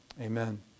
Amen